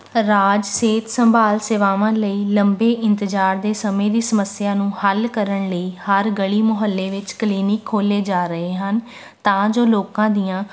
ਰਾਜ ਸਿਹਤ ਸੰਭਾਲ ਸੇਵਾਵਾਂ ਲਈ ਲੰਬੇ ਇੰਤਜ਼ਾਰ ਦੇ ਸਮੇਂ ਦੀ ਸਮੱਸਿਆ ਨੂੰ ਹੱਲ ਕਰਨ ਲਈ ਹਰ ਗਲੀ ਮੁਹੱਲੇ ਵਿੱਚ ਕਲੀਨਿਕ ਖੋਲ੍ਹੇ ਜਾ ਰਹੇ ਹਨ ਤਾਂ ਜੋ ਲੋਕਾਂ ਦੀਆਂ